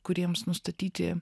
kuriems nustatyti